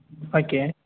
okay